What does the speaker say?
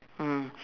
mm